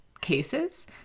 cases